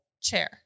Chair